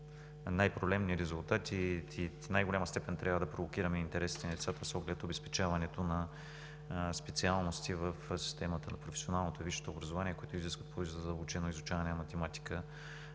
най-проблемни резултати и в най-голяма степен трябва да провокираме интересите на децата с оглед обезпечаването на специалности в системата на професионалното, висшето образование, които изискват по-задълбочено изучаване на математика